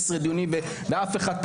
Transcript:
15 דיונים ואף אחד לא